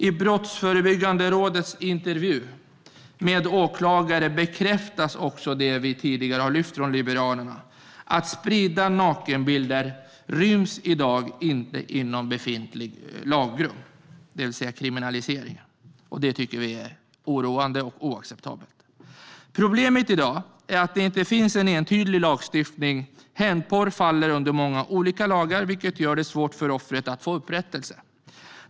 I Brottsförebyggande rådets intervju med åklagare bekräftas det som vi från Liberalerna tidigare har lyft fram, nämligen att spridning av nakenbilder i dag inte ryms inom befintligt lagrum, det vill säga kriminalisering, vilket vi tycker är oroande och oacceptabelt. Problemet i dag är att det inte finns en entydig lagstiftning. Hämndporr faller under många olika lagar, vilket gör det svårt för offret att få upprättelse.